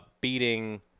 beating